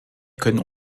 können